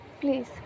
please